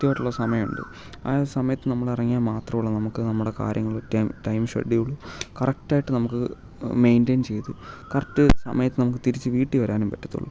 കൃത്യമായിട്ടുള്ള സമയം ഉണ്ട് ആ സമയത്ത് നമ്മൾ ഇറങ്ങിയാൽ മാത്രമുള്ളു നമുക്ക് നമ്മുടെ കാര്യങ്ങൾ ടൈം ടൈം ഷെഡ്യൂൾ കറക്റ്റായിട്ട് നമുക്ക് മെയിൻറ്റേയ്ൻ ചെയ്ത് കറക്ട് സമയത്ത് നമുക്ക് തിരിച്ച് വീട്ടിൽ വരാനും പറ്റത്തുള്ളൂ